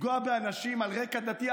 לפגוע באנשים על רקע דתי?